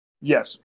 Yes